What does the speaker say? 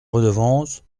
redevance